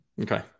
Okay